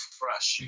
fresh